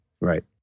right